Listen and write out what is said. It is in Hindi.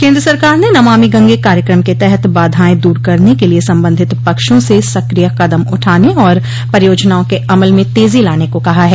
केन्द्र सरकार ने नमामि गंगे कार्यक्रम के तहत बाधाएं दूर करने के लिए संबंधित पक्षों से सक्रिय कदम उठाने और परियोजनाओं के अमल में तेजी लाने को कहा है